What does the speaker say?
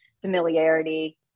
familiarity